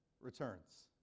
returns